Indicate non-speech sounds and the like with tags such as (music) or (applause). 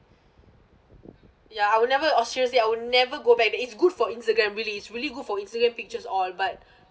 ya I'll never oh seriously I would never go back to it's good for instagram really it's really good for instagram pictures all but (breath)